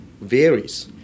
varies